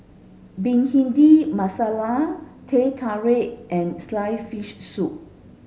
Bhindi Masala Teh Tarik and sliced fish soup